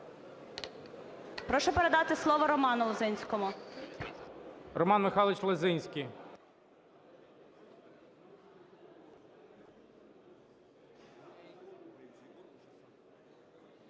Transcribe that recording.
Прошу передати слово Роману Лозинському. ГОЛОВУЮЧИЙ. Роман Михайлович Лозинський.